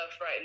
right